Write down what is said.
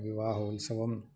विवाहोत्सवः